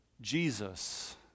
Jesus